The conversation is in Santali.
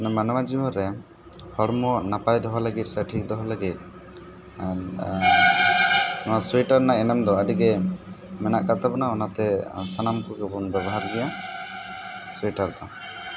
ᱚᱱᱟ ᱢᱟᱱᱣᱟ ᱡᱤᱭᱚᱱ ᱨᱮ ᱦᱚᱲᱢᱚ ᱱᱟᱯᱟᱭ ᱫᱚᱦᱚ ᱞᱟᱹᱜᱤᱫ ᱥᱮ ᱴᱷᱤᱠ ᱫᱚᱦᱚᱭ ᱞᱟᱹᱜᱤᱫ ᱱᱚᱣᱟ ᱥᱩᱭᱮᱴᱟᱨ ᱨᱮᱱᱟᱜ ᱮᱱᱮᱢ ᱫᱚ ᱟᱹᱰᱤᱜᱮ ᱢᱮᱱᱟᱜ ᱠᱟᱫ ᱛᱟᱵᱚᱱᱟ ᱚᱱᱟᱛᱮ ᱥᱟᱱᱟᱢ ᱠᱚᱜᱮᱵᱚᱱ ᱵᱮᱵᱚᱦᱟᱨ ᱜᱮᱭᱟ ᱥᱩᱭᱮᱴᱟᱨ ᱫᱚ